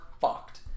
fucked